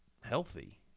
healthy